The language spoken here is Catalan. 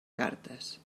cartes